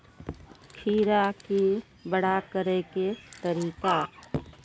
खीरा के बड़ा करे के तरीका?